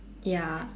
ya